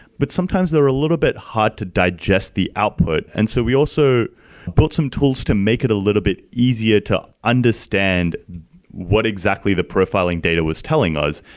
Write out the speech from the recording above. but sometimes they're a little bit hard to digest the output. and so we also built some tools to make it a little bit easier to understand what exactly the profiling data was telling us.